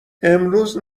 امروز